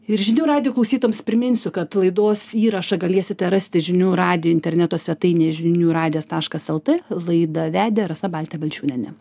ir žinių radijo klausytojams priminsiu kad laidos įrašą galėsite rasti žinių radijo interneto svetainėje žinių radijas taškas lt laidą vedė rasa baltė balčiūnienė